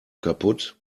kaputt